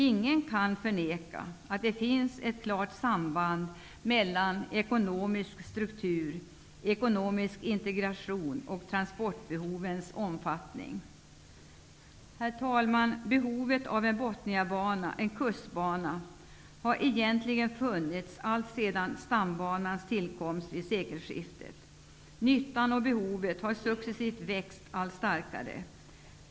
Ingen kan förneka att det finns ett klart samband mellan ekonomisk struktur, ekonomisk integration och transportbehovens omfattning. Herr talman! Behovet av en Botniabana, en kustbana, har egentligen funnits alltsedan stambanans tillkomst vid sekelskiftet. Nyttan och behovet har successivt växt sig allt starkare.